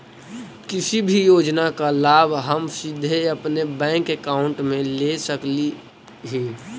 किसी भी योजना का लाभ हम सीधे अपने बैंक अकाउंट में ले सकली ही?